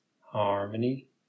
harmony